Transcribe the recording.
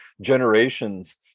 generations